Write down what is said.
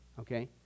okay